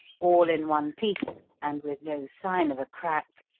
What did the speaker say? all in one piece and with no sign of a crack,